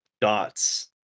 Dots